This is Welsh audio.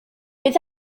bydd